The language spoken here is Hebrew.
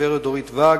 הגברת דורית ואג,